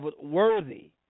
worthy